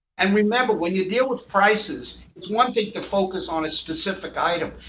and remember, when you deal with prices, it's one thing to focus on a specific item.